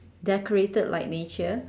decorated like nature